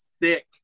thick